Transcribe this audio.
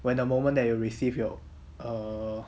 when the moment that you will receive your err